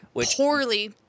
Poorly